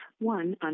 one